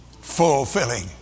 fulfilling